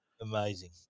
Amazing